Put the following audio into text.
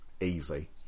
Easy